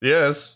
Yes